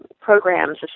programs